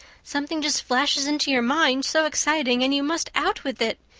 something just flashes into your mind, so exciting, and you must out with it.